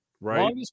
right